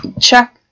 check